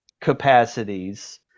capacities